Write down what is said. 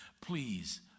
Please